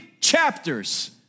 chapters